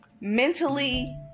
mentally